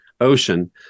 ocean